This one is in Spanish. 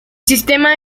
sistema